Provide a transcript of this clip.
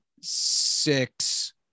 six